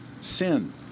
sin